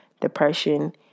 depression